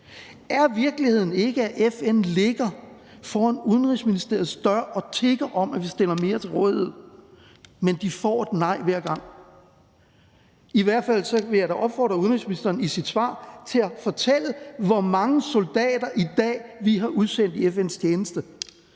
Er virkeligheden ikke, at FN ligger foran Udenrigsministeriets dør og tigger om, at vi stiller mere til rådighed, men at de får et nej hver gang? I hvert fald vil jeg da opfordre udenrigsministeren i sit svar til at fortælle, hvor mange soldater vi har udsendt i FN's tjeneste